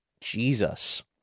Jesus